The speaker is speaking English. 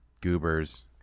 goobers